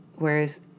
Whereas